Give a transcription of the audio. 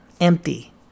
Empty